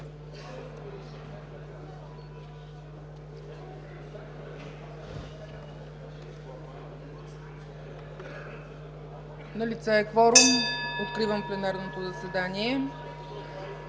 Откривам пленарното заседание.